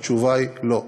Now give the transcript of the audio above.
התשובה היא לא.